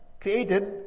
created